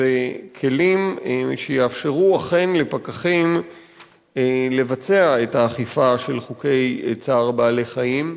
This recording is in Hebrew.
וכלים שיאפשרו אכן לפקחים לבצע את האכיפה של חוקי צער בעלי-חיים.